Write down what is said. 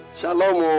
Shalom